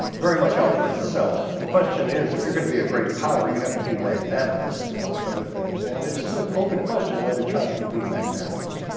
and very much out for itself. the question is, if you're going to be a great power, you have to be magnanimous, amongst other things. and it's an like open question whether china can be magnanimous.